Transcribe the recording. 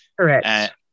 Correct